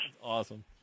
Awesome